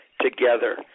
together